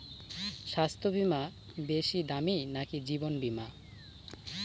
স্বাস্থ্য বীমা বেশী দামী নাকি জীবন বীমা?